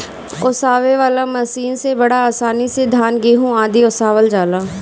ओसावे वाला मशीन से बड़ा आसानी से धान, गेंहू आदि ओसावल जाला